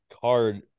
card